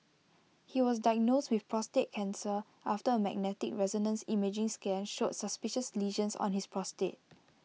he was diagnosed with prostate cancer after A magnetic resonance imaging scan showed suspicious lesions on his prostate